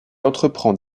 entreprend